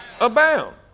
abound